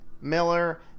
Miller